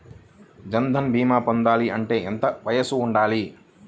జన్ధన్ భీమా పొందాలి అంటే ఎంత వయసు ఉండాలి?